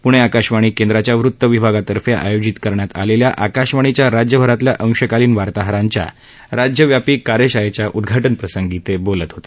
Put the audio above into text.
पूणे आकाशवाणी केंद्राच्या वृत्त विभागांतर्फे आयोजित करण्यात आलेल्या आकाशवाणीच्या राज्यभरातील अंशकालीन वार्ताहरांच्या राज्यव्यापी कार्यशाळेच्या उद्घाटन प्रसंगी ते बोलत होते